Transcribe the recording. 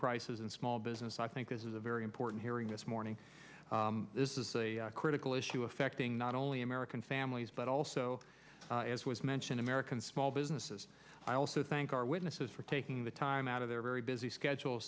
prices and small business i think there's a very important hearing this morning this is a critical issue affecting not only american families but also as was mentioned american small businesses i also thank our witnesses for taking the time out of their very busy schedule